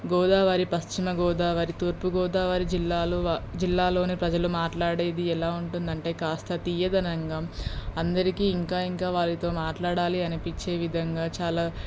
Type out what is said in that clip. గోదావరి పశ్చిమగోదావరి తూర్పుగోదావరి జిల్లాలో వా జిల్లాలోని ప్రజలు మాట్లాడేది ఎలా ఉంటుందంటే కాస్త తీయదనంగా అందరికీ ఇంకా ఇంకా వారితో మాట్లాడాలి అనిపించే విధంగా చాలా